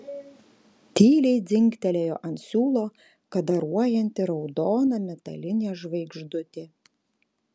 tyliai dzingtelėjo ant siūlo kadaruojanti raudona metalinė žvaigždutė